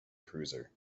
cruiser